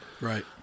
Right